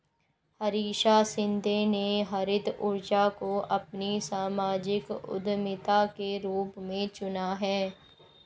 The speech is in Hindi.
हरीश शिंदे ने हरित ऊर्जा को अपनी सामाजिक उद्यमिता के रूप में चुना है